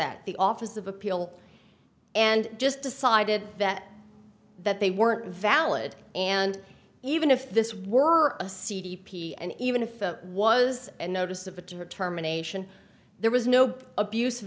at the office of appeal and just decided that that they weren't valid and even if this were a c d p and even if it was a notice of a determination there was no abus